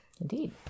indeed